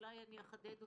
ואולי אחדד אותה.